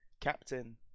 captain